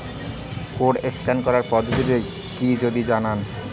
Code scan করার পদ্ধতিটি কি যদি জানান?